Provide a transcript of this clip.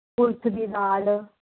कुल्थ दी दाल